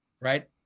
Right